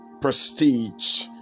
prestige